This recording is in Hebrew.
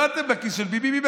לא אתם בכיס של ביבי,